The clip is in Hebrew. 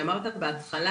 כפי שאמרת בהתחלה.